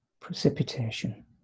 Precipitation